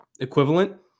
equivalent